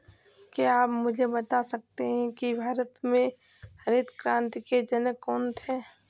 क्या आप मुझे बता सकते हैं कि भारत में हरित क्रांति के जनक कौन थे?